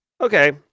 Okay